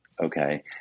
Okay